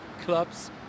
clubs